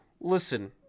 Listen